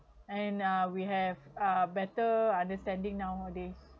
and uh we have a better understanding nowadays